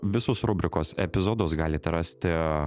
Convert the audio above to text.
visus rubrikos epizodus galite rasti